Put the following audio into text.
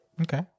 okay